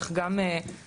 אך גם חברתית,